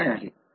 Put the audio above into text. फरक काय आहे